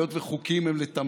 היות שחוקים הם לתמיד,